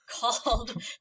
called